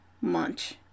munch